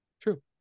true